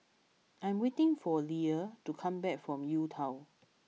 I am waiting for Liller to come back from U Town